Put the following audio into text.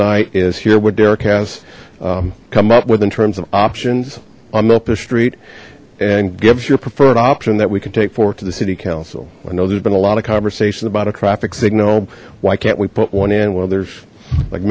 night is hear what derek has come up with in terms of options on milka street and give us your preferred option that we can take forward to the city council i know there's been a lot of conversations about a traffic signal why can't we put one in well there's like